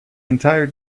entire